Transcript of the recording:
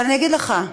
אבל אני אגיד לך,